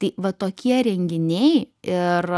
tai va tokie renginiai ir